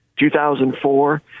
2004